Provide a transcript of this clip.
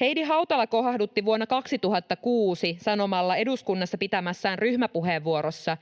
Heidi Hautala kohahdutti vuonna 2006 sanomalla eduskunnassa pitämässään ryhmäpuheenvuorossa,